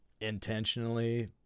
intentionally